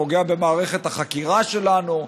פוגע במערכת החקירה שלנו,